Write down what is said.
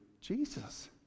Jesus